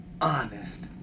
honest